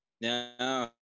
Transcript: No